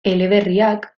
eleberriak